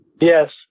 yes